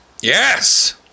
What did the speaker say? Yes